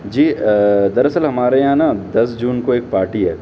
جی در اصل ہمارے یہاں نا دس جون کو ایک پاٹی ہے